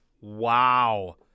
Wow